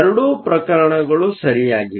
ಎರಡೂ ಪ್ರಕರಣಗಳು ಸರಿಯಾಗಿವೆ